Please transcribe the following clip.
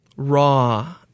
raw